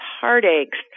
heartaches